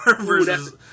versus